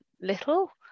little